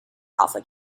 alpha